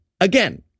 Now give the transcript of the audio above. Again